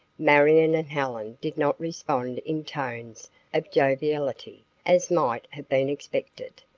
marion and helen did not respond in tones of joviality, as might have been expected.